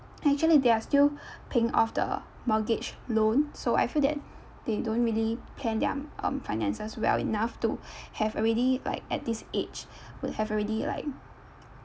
actually they are still paying off the mortgage loan so I feel that they don't really plan their um finances well enough to have already like at this age would have already like